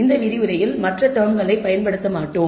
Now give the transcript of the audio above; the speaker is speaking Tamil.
இந்த விரிவுரையில் மற்ற சொற்களைப் பயன்படுத்த மாட்டோம்